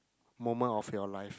moment of your life